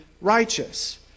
righteous